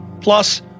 plus